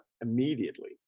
immediately